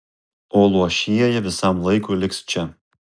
o luošieji visam laikui liks čia